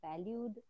valued